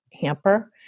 hamper